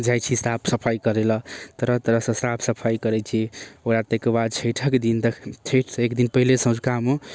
जाइ छी साफ सफाइ करैलए तरह तरह सऽ साफ सफाइ करै छी ओएह ताहिके बाद छठिक दिन छठि सऽ एक दिन पहिले सँझुकामे